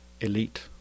elite